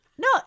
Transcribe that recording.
No